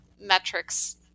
metrics